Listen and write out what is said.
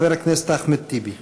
חבר הכנסת אחמד טיבי.